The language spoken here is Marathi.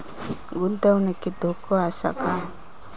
गुंतवणुकीत धोको आसा काय?